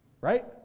right